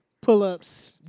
Pull-ups